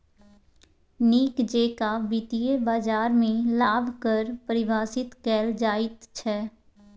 नीक जेकां वित्तीय बाजारमे लाभ कऽ परिभाषित कैल जाइत छै